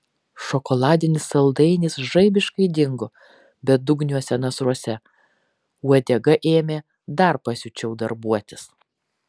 šokoladinis saldainis žaibiškai dingo bedugniuose nasruose uodega ėmė dar pasiučiau darbuotis